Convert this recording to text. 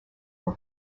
for